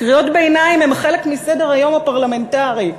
קריאות ביניים הן חלק מסדר-היום הפרלמנטרי.